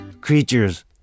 creatures